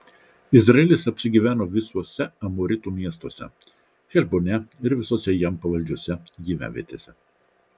izraelis apsigyveno visuose amoritų miestuose hešbone ir visose jam pavaldžiose gyvenvietėse